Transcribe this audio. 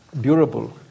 durable